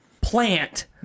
plant